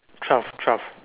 twelve twelve